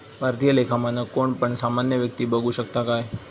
भारतीय लेखा मानक कोण पण सामान्य व्यक्ती बघु शकता काय?